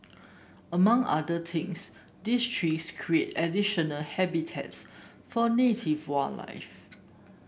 among other things these trees create additional habitats for native wildlife